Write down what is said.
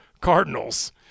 Cardinals